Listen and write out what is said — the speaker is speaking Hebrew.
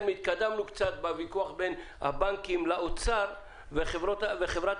הישראלית ומיצוב מעמדה האסטרטגי נוכח משברי